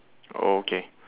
okay